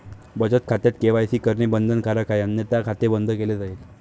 बचत खात्यात के.वाय.सी करणे बंधनकारक आहे अन्यथा खाते बंद केले जाईल